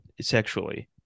sexually